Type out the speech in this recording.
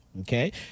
Okay